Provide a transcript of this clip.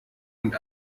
und